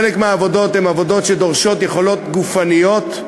חלק מהעבודות הן עבודות שדורשות יכולות גופניות,